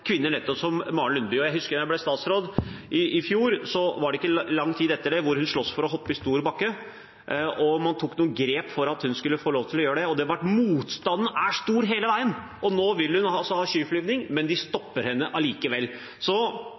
kvinner som nettopp Maren Lundby. Jeg husker at da jeg ble statsråd i fjor, var det ikke lang tid etter det at hun sloss for å hoppe i stor bakke. Man tok noen grep for at hun skulle få lov til å gjøre det. Motstanden er stor hele veien. Nå vil hun altså delta i skiflygning, men de stopper henne